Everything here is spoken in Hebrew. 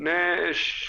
להבנתי,